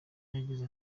yagize